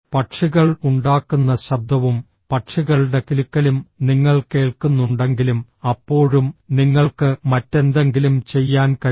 പക്ഷികൾ ഉണ്ടാക്കുന്ന ശബ്ദവും പക്ഷികളുടെ കിലുക്കലും നിങ്ങൾ കേൾക്കുന്നുണ്ടെങ്കിലും അപ്പോഴും നിങ്ങൾക്ക് മറ്റെന്തെങ്കിലും ചെയ്യാൻ കഴിയും